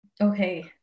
okay